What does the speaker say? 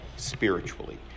Spiritually